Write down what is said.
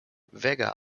vega